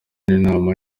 inama